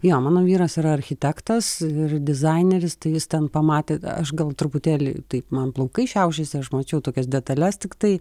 jo mano vyras yra architektas ir dizaineris tai jis ten pamatė aš gal truputėlį taip man plaukai šiaušiasi aš mačiau tokias detales tiktai